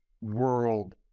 world